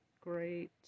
great